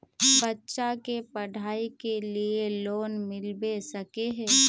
बच्चा के पढाई के लिए लोन मिलबे सके है?